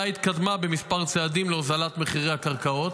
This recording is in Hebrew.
התקדמה במספר צעדים להורדת מחירי הקרקעות,